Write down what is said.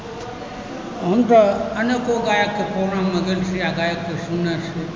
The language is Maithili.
हम तऽ अनेको गायकके प्रोग्राममे गेल छी आओर गायककेँ सुनने छी